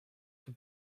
for